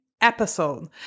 episode